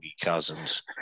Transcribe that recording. cousins